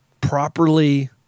properly